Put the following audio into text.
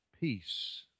peace